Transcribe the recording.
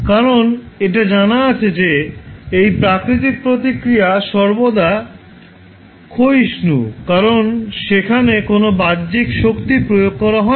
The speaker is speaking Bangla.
কারণ এটা জানা আছে যে এই প্রাকৃতিক প্রতিক্রিয়া সর্বদা ক্ষয়িষ্ণু কারণ সেখানে কোনও বাহ্যিক শক্তি প্রয়োগ করা হয়নি